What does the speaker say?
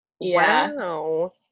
Wow